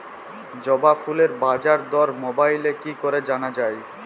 জবা ফুলের বাজার দর মোবাইলে কি করে জানা যায়?